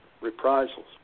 reprisals